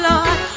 Lord